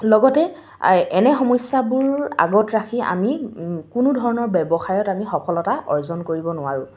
লগতে এনে সমস্যাবোৰ আগত ৰাখি আমি কোনো ধৰণৰ ব্যৱসায়ত আমি সফলতা অৰ্জন কৰিব নোৱাৰোঁ